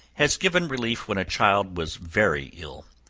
has given relief when a child was very ill.